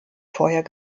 vorher